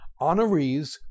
honorees